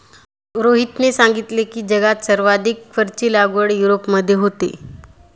रोहनने सांगितले की, जगात सर्वाधिक फरची लागवड युरोपमध्ये होते